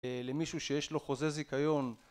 למישהו שיש לו חוזה זיכיון